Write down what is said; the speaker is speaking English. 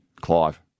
Clive